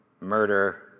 murder